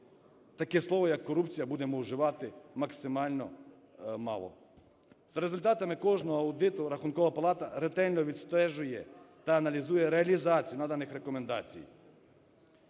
таке слово, як "корупція", будемо вживати максимально мало. За результатами кожного аудиту Рахункова палата ретельно відстежує та аналізує реалізацію наданих рекомендацій.